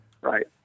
Right